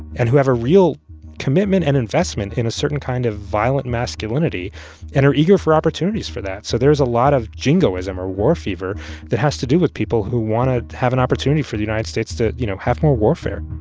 and who have a real commitment and investment in a certain kind of violent masculinity and are eager for opportunities for that. so there's a lot of jingoism or war fever that has to do with people who want to have an opportunity for the united states to, you know, have more warfare